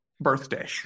birthday